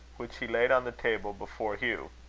which he laid on the table before hugh.